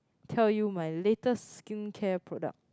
tell you my latest skincare product